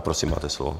Prosím, máte slovo.